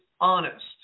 honest